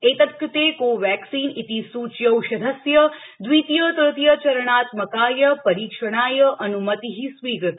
एतत्कृते Covaxin इति सूच्यौषधस्य दवितीय तृतीय चरणात्मकाय परीक्षणाय अन्मतिः स्वीकृता